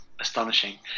astonishing